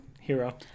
Hero